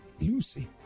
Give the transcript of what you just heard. Lucy